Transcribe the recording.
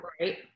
Right